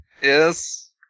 yes